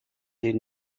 des